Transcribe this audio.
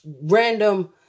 random